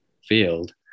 field